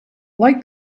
like